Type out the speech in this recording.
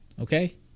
Okay